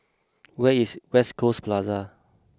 where is West Coast Plaza